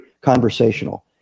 conversational